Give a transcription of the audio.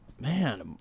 Man